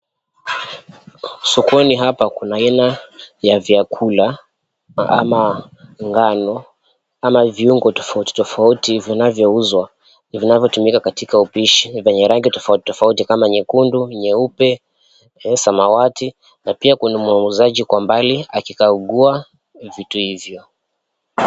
Sokoni hapa kuna aina ya vyakula kama ngano ama viungo tofauti tofauti vinavyouzwa vinavyotumika katika upishi vyenye rangi tofauti tofauti kama nyekundu, nyeupe , samawati na pia kuna mnunuaji kwa mbali akikagua vitu hivyo .